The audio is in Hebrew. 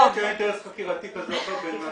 יכול להיות שהיה אינטרס חקירתי כזה או אחר.